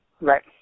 Right